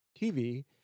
TV